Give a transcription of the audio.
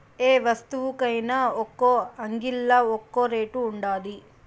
యే వస్తువుకైన ఒక్కో అంగిల్లా ఒక్కో రేటు ఉండాది